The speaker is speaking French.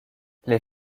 les